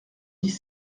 dix